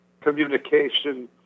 communication